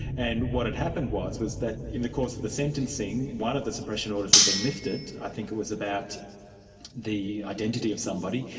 and what had happened was was that in the course of the sentencing, one of the suppression orders had been lifted. i think it was about the identity of somebody,